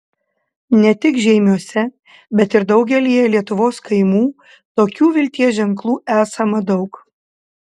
ne tik žeimiuose bet ir daugelyje lietuvos kaimų tokių vilties ženklų esama daug